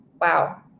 Wow